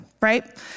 right